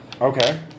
Okay